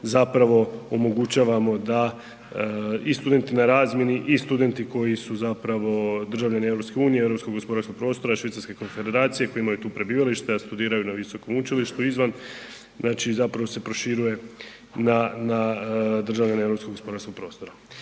zapravo omogućavamo da i studenti na razmjeni i studenti koji su zapravo državljani EU, europskog gospodarskog prostora, Švicarske Konfederacije, koji imaju tu prebivalište jer studiraju na visokom učilištu izvan, znači zapravo se proširuje na državljane europskog gospodarskog prostora.